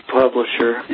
publisher